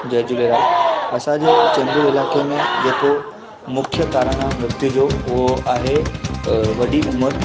जय झूलेलाल असांजे चेंबूर इलाइक़े में जेको मुख्य कारणु आहे मृत्यु जो उहो आहे वॾी उमिरि